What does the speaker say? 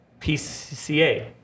PCA